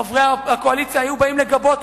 חברי הקואליציה היו באים ויושבים